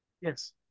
Yes